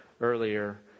earlier